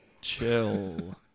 Chill